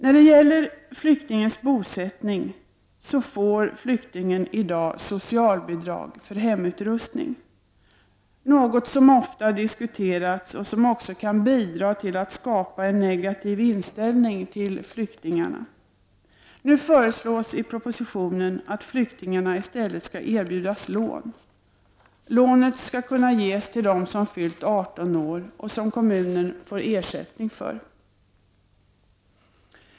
När det gäller flyktingens bosättning, får flyktingen i dag socialbidrag för hemutrustning, något som ofta diskuterats och som också kan bidra till att skapa en negativ inställning till flyktingarna. Nu föreslås i propositionen att flyktingarna i stället skall erbjudas lån. Lånet skall kunna ges till dem som fyllt 18 år vilka kommunerna får ersättning för.